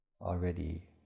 already